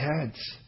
heads